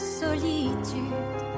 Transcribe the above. solitude